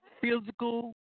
physical